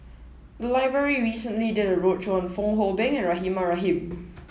the library recently did a roadshow on Fong Hoe Beng and Rahimah Rahim